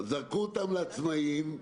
לצערי הרב,